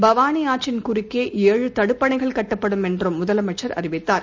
பவாளி ஆற்றின் குறுக்கே ஏழு தடுப்பணைகள் கட்டப்படும் என்றும் முதலமைச்சள் அறிவித்தாா்